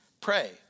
Pray